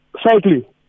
slightly